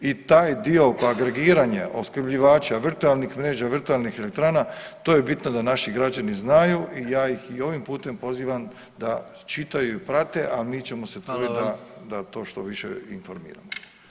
I taj dio oko agregiranja opskrbljivača, virtualnih mreža, virtualnih elektrana to je bitno da naši građani znaju i ja ih i ovim putem pozivam da čitaju i prate, a mi ćemo se truditi [[Upadica: Hvala vam.]] da, da to što više informiramo.